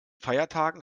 feiertagen